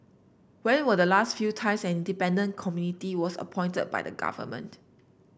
when were the last few times an independent committee was appointed by the government